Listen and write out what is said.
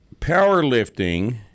powerlifting